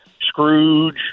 Scrooge